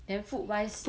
then food wise